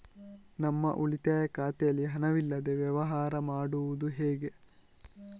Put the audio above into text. ನಮ್ಮ ಉಳಿತಾಯ ಖಾತೆಯಲ್ಲಿ ಹಣವಿಲ್ಲದೇ ವ್ಯವಹಾರ ಮಾಡುವುದು ಹೇಗೆ?